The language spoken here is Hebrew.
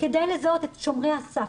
כדי לזהות את שומרי הסף.